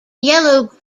yellow